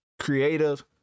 creative